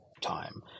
time